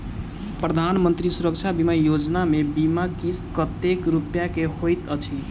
प्रधानमंत्री सुरक्षा बीमा योजना मे बीमा किस्त कतेक रूपया केँ होइत अछि?